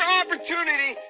opportunity